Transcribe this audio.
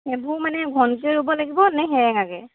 এইবোৰ মানে ঘনকৈ ৰুব লাগিব নে সেৰেঙাকৈ